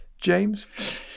James